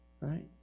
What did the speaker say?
Right